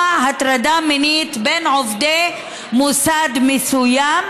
הטרדה מינית בין עובדי מוסד מסוים,